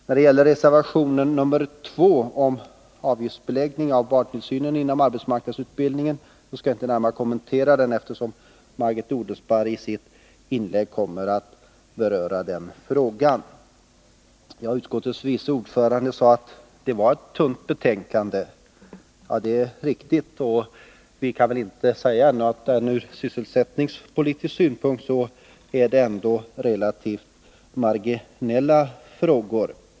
När det gäller reservation nr 2, om avgiftsbeläggning av barntillsyn inom arbetsmarknadsutbildningen, skall jag inte närmare kommentera den, eftersom Margit Odelsparr i sitt inlägg kommer att beröra den frågan. Utskottets vice ordförande sade att detta var ett tunt betänkande. Det är riktigt, men vi kan ändå inte säga annat än att det ur sysselsättningspolitiska synpunkter rör sig om relativt marginella frågor.